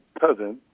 cousin